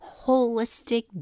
holistic